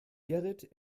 gerrit